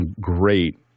great